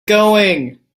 going